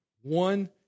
one